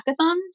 hackathons